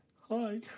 hi